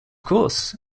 course